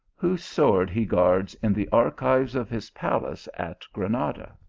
whose sword he guards in the archives of his palace at granada.